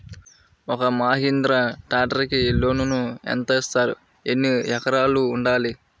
ఒక్క మహీంద్రా ట్రాక్టర్కి లోనును యెంత ఇస్తారు? ఎన్ని ఎకరాలు ఉండాలి?